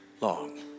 long